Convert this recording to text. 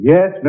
Yes